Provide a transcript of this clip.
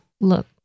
look